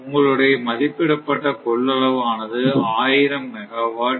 உங்களுடைய மதிப்பிடப்பட்ட கொள்ளளவு ஆனது 1000 மெகாவாட்